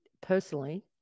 personally